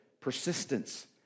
persistence